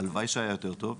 הלוואי שהיה יותר טוב.